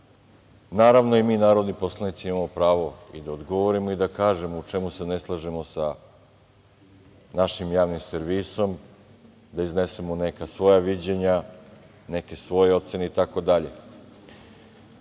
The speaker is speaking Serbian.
a i mi, narodni poslanici, imamo pravo da odgovorimo i da kažemo u čemu se ne slažemo sa našim javnim servisom, da iznesemo neka svoja viđenja, neke svoje ocene